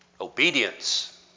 Obedience